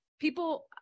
People